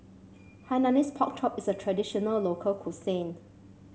Hainanese Pork Chop is a traditional local cuisine